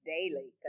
Daily